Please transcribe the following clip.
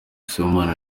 sibomana